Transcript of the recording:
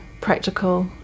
practical